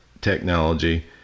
technology